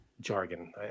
jargon